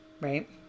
Right